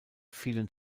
fielen